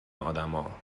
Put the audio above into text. آدما